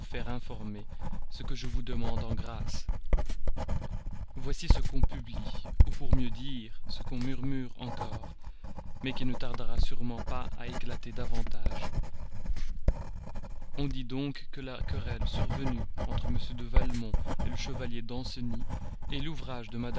informer ce que je vous demande en grâce voici ce qu'on publie ou pour mieux dire ce qu'on murmure encore mais qui ne tardera sûrement pas à éclater davantage on dit donc que la querelle survenue entre m de valmont le chevalier danceny est l'ouvrage de